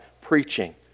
preaching